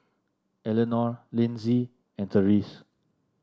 Elenore Linzy and Therese